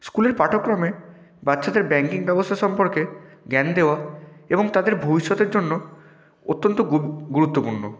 স্কুলের পাঠ্যক্রমে বাচ্চাদের ব্যাংকিং ব্যবস্থা সম্পর্কে জ্ঞান দেওয়া এবং তাদের ভবিষ্যতের জন্য অত্যন্ত গুরুত্বপূর্ণ